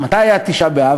מתי היה תשעה באב?